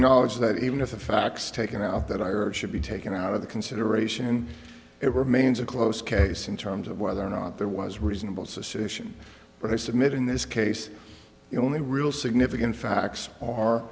acknowledge that even if the facts taken out that i wrote should be taken out of the consideration it remains a close case in terms of whether or not there was reasonable suspicion but i submit in this case the only real significant facts are